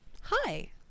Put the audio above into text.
Hi